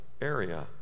area